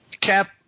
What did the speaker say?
Cap